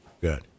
good